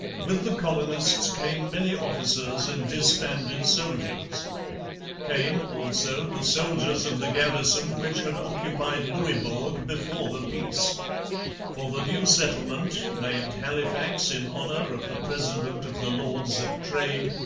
with the colonists came many officers and disbanded soldiers came, also, the soldiers of the garrison which had occupied louisbourg before the peace for the new settlement, named halifax in honour of the president of the lords of trade,